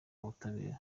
ubutabera